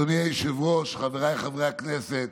אדוני היושב-ראש, חבריי חברי הכנסת,